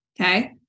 Okay